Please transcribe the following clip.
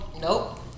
Nope